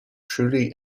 truly